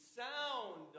sound